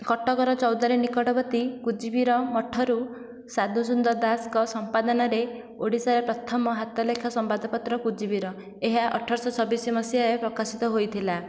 କଟକର ଚୌଦ୍ଵାର ନିକଟବର୍ତ୍ତୀ କୁଜିବୀର ମଠରୁ ସାଧୁ ସୁନ୍ଦର ଦାସଙ୍କ ସମ୍ପାଦନାରେ ଓଡ଼ିଶାର ପ୍ରଥମ ହାତଲେଖା ସମ୍ବାଦପତ୍ର କୁଜିବୀର ଏହା ଅଠର ଶହ ଛବିଶ ମସିହାରେ ପ୍ରକାଶିତ ହୋଇଥିଲା